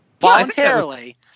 voluntarily